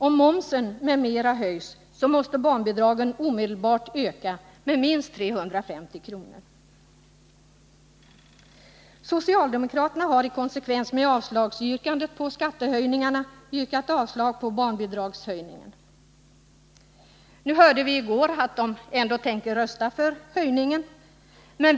Om moms m.m. höjs, måste barnbidragen omedelbart ökas med minst 350 kr. Socialdemokraterna har i konsekvens med yrkandet om avslag på skattehöjningarna yrkat avslag också på barnbidragshöjningen, men i går hörde vi att man ändrat sig på den punkten.